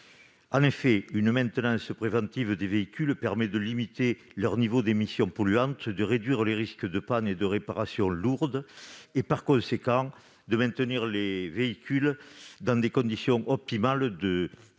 En effet, une maintenance préventive des véhicules permet de limiter leur niveau d'émissions polluantes, de réduire les risques de panne et de réparations lourdes et de maintenir les véhicules dans des conditions optimales de fonctionnement